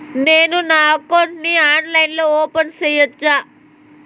నేను నా అకౌంట్ ని ఆన్లైన్ లో ఓపెన్ సేయొచ్చా?